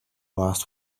last